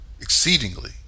Exceedingly